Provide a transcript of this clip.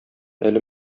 әле